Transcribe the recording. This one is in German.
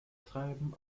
treiben